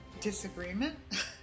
disagreement